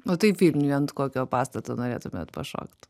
o taip vilniuj ant kokio pastato norėtumėt pašokt